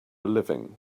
living